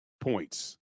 points